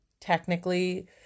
technically